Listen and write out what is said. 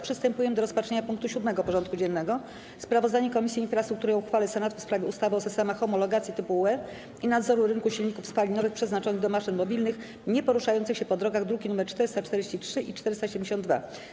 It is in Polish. Przystępujemy do rozpatrzenia punktu 7. porządku dziennego: Sprawozdanie Komisji Infrastruktury o uchwale Senatu w sprawie ustawy o systemach homologacji typu UE i nadzoru rynku silników spalinowych przeznaczonych do maszyn mobilnych nieporuszających się po drogach (druki nr 443 i 472)